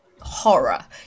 horror